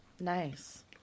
Nice